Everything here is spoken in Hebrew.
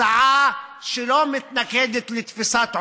הצעה שלא מנוגדת לתפיסת עולמה.